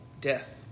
death